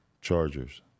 Chargers